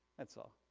that's all.